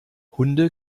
hunde